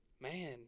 man